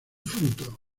fruto